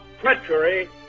treachery